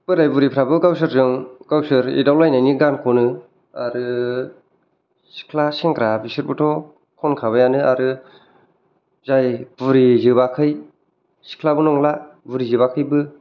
बोराइ बुरिफ्राबो गावसोरजों गावसोर एदावलायनायनि गान खनो आरो सिख्ला सेंग्रा बिसोरबोथ' खनखाबायानो आरो जाय बुरिजोबाखै सिख्लाबो नंला बुरिजोबाखैबो